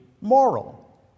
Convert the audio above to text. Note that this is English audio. moral